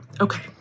Okay